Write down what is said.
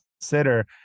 consider